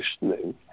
listening